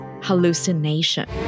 hallucination